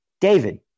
David